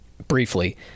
Briefly